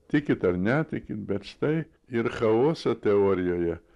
tikit ar netikit bet štai ir chaoso teorijoje